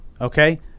Okay